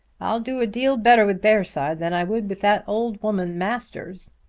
i'll do a deal better with bearside than i would with that old woman, masters.